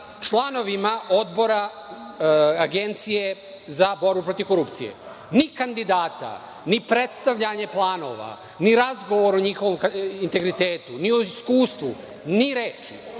članovima odbora za Agencije za borbu protiv korupcije. Ni kandidata ni predstavljanja planova, ni razgovor o njihovom integritetu, ni o iskustvu, ni reči,